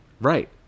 Right